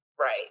Right